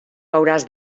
hauràs